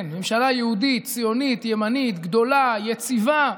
כן, ממשלה יהודית, ציונית, ימנית, גדולה, יציבה,